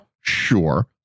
Sure